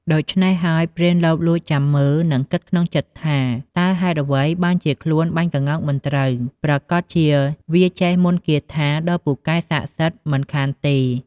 ដូច្នេះហើយព្រានលបលួចចាំមើល និងគិតក្នុងចិត្ដថា តើហេតុអ្វីបានជាខ្លួនបាញ់ក្ងោកមិនត្រូវ ប្រាកដជាវាចេះមន្ដអាគមដ៏ពូកែស័ក្ដិសិទ្ធិមិនខានទេ។